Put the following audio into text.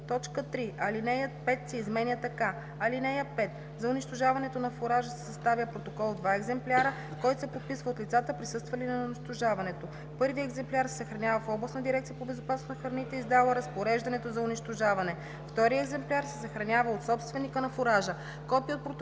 3. Алинея 5 се изменя така: „(5) За унищожаването на фуража се съставя протокол в два екземпляра, който се подписва от лицата, присъствали на унищожаването. Първият екземпляр се съхранява в областната дирекция по безопасност на храните, издала разпореждането за унищожаване. Вторият екземпляр се съхранява от собственика на фуража.